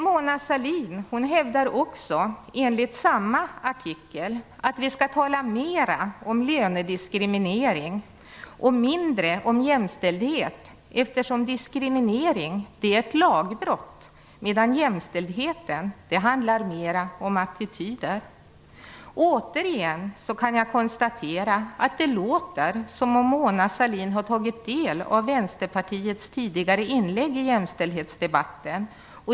Mona Sahlin hävdar också, enligt samma artikel, att vi skall tala mer om lönediskriminering och mindre om jämställdhet, eftersom diskriminering är ett lagbrott medan jämställdhet mer handlar om attityder. Återigen kan jag konstatera att det låter som om Mona Sahlin har tagit del av Vänsterpartiets tidigare inlägg i jämställdhetsdebatten.